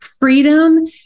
freedom